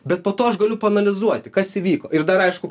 bet po to aš galiu paanalizuoti kas įvyko ir dar aišku